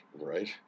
right